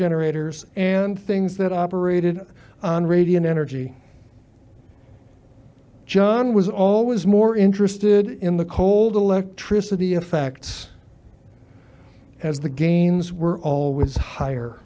generators and things that operated on radiant energy john was always more interested in the cold electricity effects as the gains were always hi